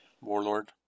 Warlord